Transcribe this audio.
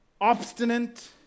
obstinate